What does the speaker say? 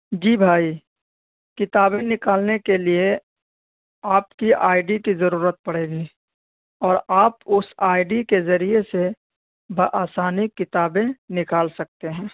جی بھائی کتابیں نکالنے کے لیے آپ کی آئی ڈی کی ضرورت پڑے گی اور آپ اس آئی ڈی کے ذریعے سے بآسانی کتابیں نکال سکتے ہیں